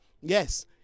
Yes